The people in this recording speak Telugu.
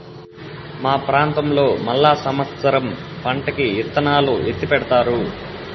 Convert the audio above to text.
మా ప్రాంతంలో మళ్ళా సమత్సరం పంటకి ఇత్తనాలు ఎత్తిపెడతారు